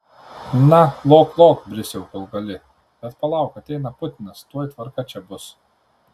na lok lok brisiau kol gali bet palauk ateina putinas tuoj tvarka čia bus